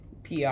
PR